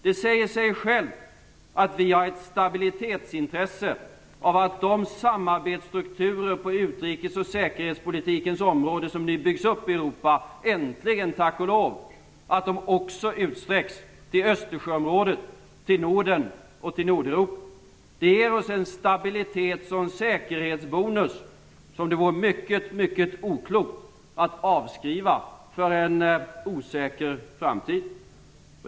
Det säger sig självt att vi har ett stabilitetsintresse av att de samarbetsstrukturer på utrikes och säkerhetspolitikens område som nu byggs upp i Europa - äntligen, tack och lov - utsträcks till Östersjöområdet, till Norden och till Nordeuropa. Det ger oss en stabilitet som säkerhetsbonus som det vore mycket, mycket oklokt att avskriva för en osäker framtid.